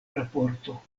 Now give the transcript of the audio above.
raporto